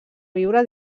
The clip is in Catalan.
viure